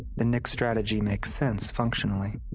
then nick's strategy makes sense functionally.